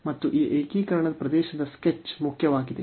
ಮತ್ತು ಈ ಏಕೀಕರಣದ ಪ್ರದೇಶದ ಸ್ಕೆಚ್ ಮುಖ್ಯವಾಗಿದೆ